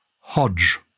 Hodge